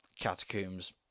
Catacombs